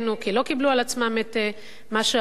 כי הם לא קיבלו על עצמם את מה שהאו"ם